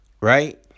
Right